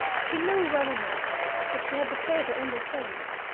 she knew well enough that she had betrayed her understanding.